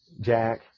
Jack